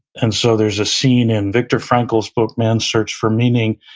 and so there's a scene in viktor frankl's book, man's search for meaning,